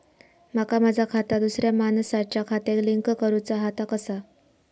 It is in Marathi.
माका माझा खाता दुसऱ्या मानसाच्या खात्याक लिंक करूचा हा ता कसा?